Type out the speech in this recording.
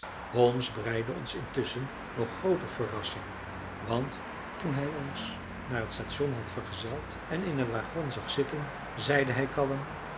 holmes bereidde ons intusschen nog grooter verrassing want toen hij ons naar het station had vergezeld en in een wagon zag zitten zeide hij kalm